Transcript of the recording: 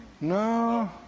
No